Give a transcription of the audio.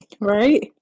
right